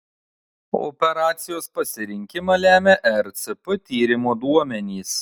operacijos pasirinkimą lemia ercp tyrimo duomenys